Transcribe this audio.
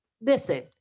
listen